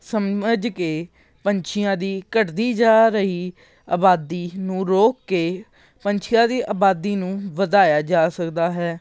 ਸਮਝ ਕੇ ਪੰਛੀਆਂ ਦੀ ਘੱਟਦੀ ਜਾ ਰਹੀ ਆਬਾਦੀ ਨੂੰ ਰੋਕ ਕੇ ਪੰਛੀਆਂ ਦੀ ਆਬਾਦੀ ਨੂੰ ਵਧਾਇਆ ਜਾ ਸਕਦਾ ਹੈ